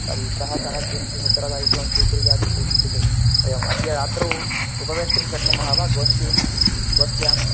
तर्हि कः कः किं किम् उत्तरदायित्वं स्वीकुर्यादिति किञ्चित् वयम् अद्य रात्रौ उपवेष्टुं शक्नुमः वा गोष्ठीं गोष्ठ्याम्